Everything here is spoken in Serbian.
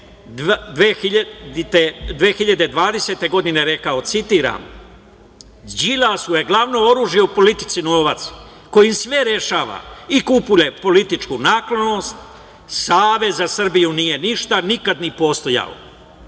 2020. godine rekao, citiram – Đilasu je glavno oružje u politici novac kojim sve rešava i kupuje političku naklonost. Savez za Srbiju nije ništa nikad ni postojao.